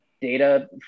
data